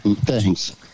Thanks